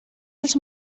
els